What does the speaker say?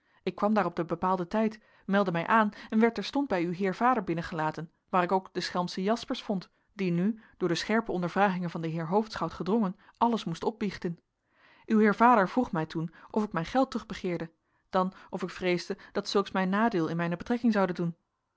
ik kwam daar op den bepaalden tijd meldde mij aan en werd terstond bij uw heer vader binnengelaten waar ik ook den schelmschen jaspersz vond die nu door de scherpe ondervragingen van den heer hoofdschout gedrongen alles moest opbiechten uw heer vader vroeg mij toen of ik mijn geld terugbegeerde dan of ik vreesde dat zulks mij nadeel in mijne betrekking zoude doen